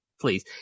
please